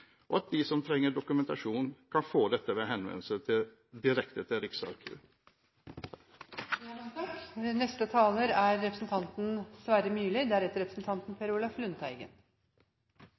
og at de som trenger dokumentasjon, kan få dette ved henvendelse direkte til